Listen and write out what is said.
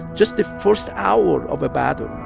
just the first hour of a battle.